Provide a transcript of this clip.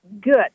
Good